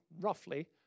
roughly